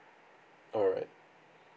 alright